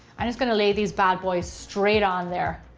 i'm just gonna lay these bad boys straight on there.